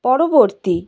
পরবর্তী